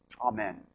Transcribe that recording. Amen